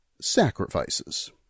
sacrifices